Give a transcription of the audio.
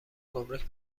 گمرک